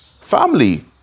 Family